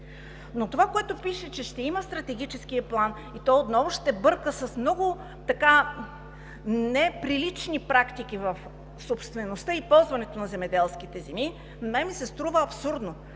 Това, което пише, че ще има стратегически план и то отново ще бърка с много неприлични практики в собствеността и ползването на земеделските земи, на мен ми се струва абсурдно.